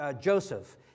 Joseph